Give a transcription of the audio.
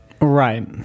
Right